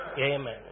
Amen